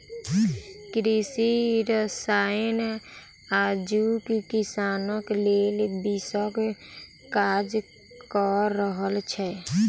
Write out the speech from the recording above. कृषि रसायन आजुक किसानक लेल विषक काज क रहल छै